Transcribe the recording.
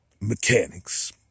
mechanics